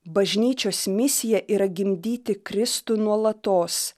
bažnyčios misija yra gimdyti kristų nuolatos